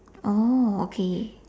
oh okay